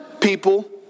people